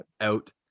out